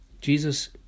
Jesus